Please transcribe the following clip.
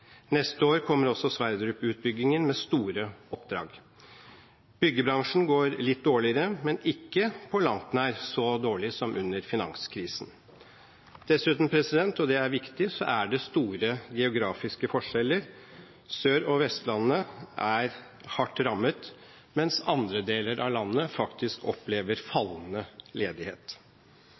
Neste år kommer også Sverdrup-utbyggingen, med store oppdrag. Byggebransjen går litt dårligere, men ikke på langt nær så dårlig som under finanskrisen. Dessuten – og det er viktig – er det store geografiske forskjeller. Sørlandet og Vestlandet er hardt rammet, mens andre deler av landet faktisk opplever fallende ledighet.